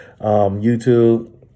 YouTube